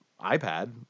iPad